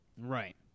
right